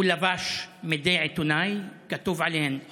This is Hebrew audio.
הוא לבש מדי עיתונאי, כתוב עליהם Press,